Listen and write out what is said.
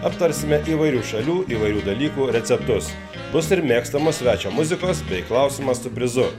aptarsime įvairių šalių įvairių dalykų receptus bus ir mėgstamas svečio muzikos bei klausimas su prizu